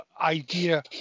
idea